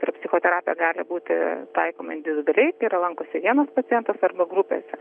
ir psichoterapija gali būti taikoma individualiai yra lankosi vienas pacientas arba grupėse